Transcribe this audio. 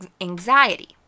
anxiety